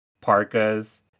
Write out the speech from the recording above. parkas